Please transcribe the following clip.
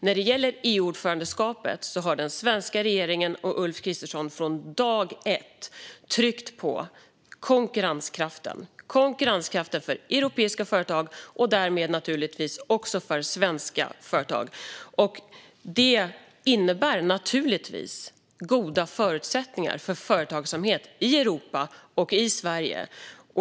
När det gäller EU-ordförandeskapet har den svenska regeringen och Ulf Kristersson från dag ett tryckt på konkurrenskraften för europeiska företag och därmed naturligtvis också för svenska företag. Det innebär naturligtvis goda förutsättningar för företagsamhet i Europa och i Sverige.